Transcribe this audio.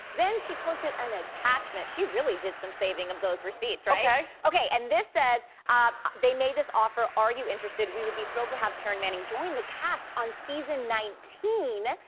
then she posted an attachment. she really did some saving of those receipts, right? okay. okay and this says they made this offer, are you interested? we would be thrilled to have taryn manning join the cast on season nineteen.